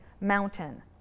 mountain